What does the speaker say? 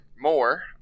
more